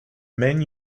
men